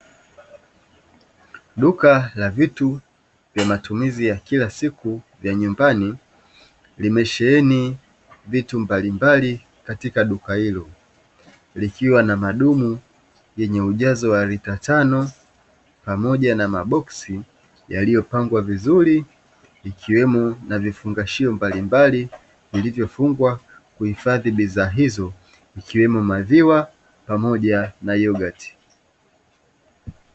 Duka la vitu vya matumizi ya kila siku ya nyumbani limesheheni vitu mbalimbali katika duka hilo. Likiwa na madumu yenye ujazo wa lita tano pamoja na maboksi yaliyopangwa vizuri, ikiwemo na vifungashio mbalimbali vilivyofungwa kuhifadhi bidhaa hizo; ikiwemo maziwa pamoja na yogati.